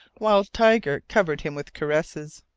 while tiger covered him with caresses.